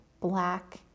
black